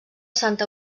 santa